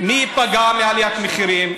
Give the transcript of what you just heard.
מי ייפגע מעליית המחירים?